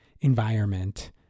environment